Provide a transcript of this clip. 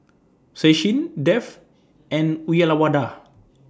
Sachin Dev and Uyyalawada